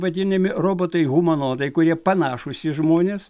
vadinami robotai humanoidai kurie panašūs į žmones